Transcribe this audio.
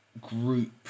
group